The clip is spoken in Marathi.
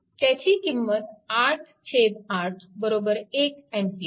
त्याची किंमत 88 1A